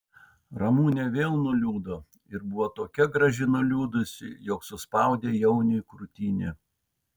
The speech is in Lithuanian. ramunė vėl nuliūdo ir buvo tokia graži nuliūdusi jog suspaudė jauniui krūtinę